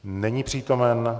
Není přítomen.